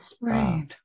Right